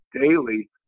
daily